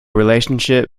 relationship